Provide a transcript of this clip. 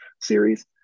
series